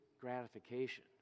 gratification